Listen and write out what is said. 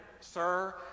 sir